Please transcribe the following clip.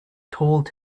told